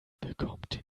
bekommt